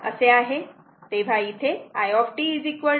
तेव्हा इथे i 7